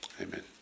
Amen